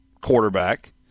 quarterback